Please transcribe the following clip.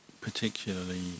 particularly